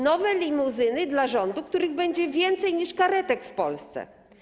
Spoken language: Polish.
Nowe limuzyny dla rządu, których będzie więcej niż karetek w Polsce.